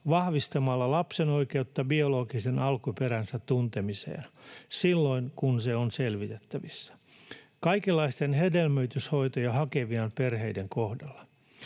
vahvistamalla lapsen oikeutta biologisen alkuperänsä tuntemiseen — silloin kun se on selvitettävissä — kaikenlaisten hedelmöityshoitoja hakevien perheiden kohdalla.